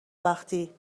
وقتی